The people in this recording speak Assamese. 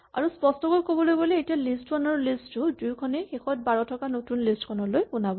আৰু স্পষ্টকৈ ক'বলৈ গ'লে এতিয়া লিষ্ট ৱান আৰু লিষ্ট টু দুয়োখনেই শেষত ১২ থকা নতুন লিষ্ট খনলৈ পোনাব